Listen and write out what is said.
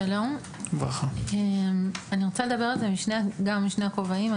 שלום, אני רוצה לדבר על זה גם משני הכובעים.